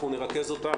אנחנו נרכז אותם,